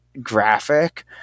graphic